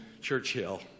Churchill